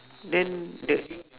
then the